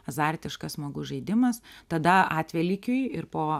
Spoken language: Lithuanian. azartiškas smagus žaidimas tada atvelykiui ir po